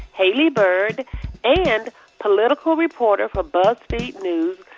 haley byrd and political reporter for buzzfeed news,